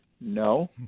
No